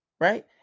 right